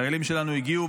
החיילים שלנו הגיעו,